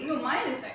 no mine is like